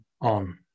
on